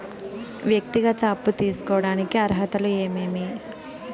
వ్యక్తిగత అప్పు తీసుకోడానికి అర్హతలు ఏమేమి